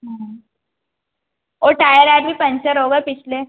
हाँ और टायर आयर भी पंचर हो गए पिछले